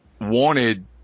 wanted